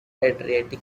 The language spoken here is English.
adriatic